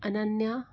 Ananya